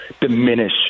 diminish